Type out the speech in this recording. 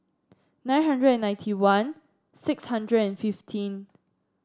nine hundred ninety one six hundred and fifteen